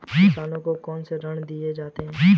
किसानों को कौन से ऋण दिए जाते हैं?